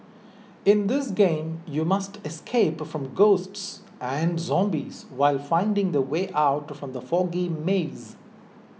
in this game you must escape from ghosts and zombies while finding the way out from the foggy maze